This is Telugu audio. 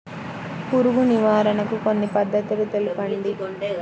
పురుగు నివారణకు కొన్ని పద్ధతులు తెలుపండి?